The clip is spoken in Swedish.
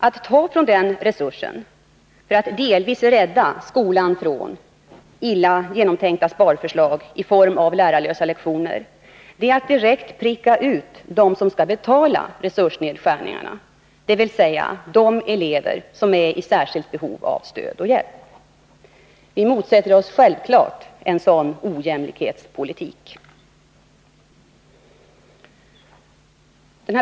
Att ta från den resursen för att delvis rädda skolan från ett illa genomtänkt sparförslag i form av lärarlösa lektioner är att direkt pricka ut dem som skall betala resursnedskärningarna, dvs. de elever som är i särskilt behov av stöd och hjälp. Vi motsätter oss självfallet en sådan ojämlikhetspolitik.